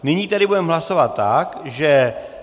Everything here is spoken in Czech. Nyní tedy budeme hlasovat tak, že...